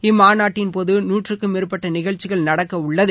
இம்மாநாட்டின் போது நூற்றுக்கும் மேற்பட்ட நிகழ்ச்சிகள் நடக்க உள்ளது